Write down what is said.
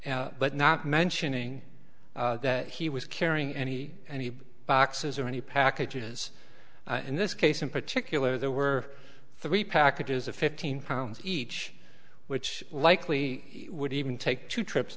residence but not mentioning that he was carrying any and he boxes or any packages in this case in particular there were three packages of fifteen pounds each which likely would even take two trips